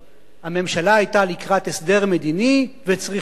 הממשלה היתה לקראת הסדר מדיני, וצריכים,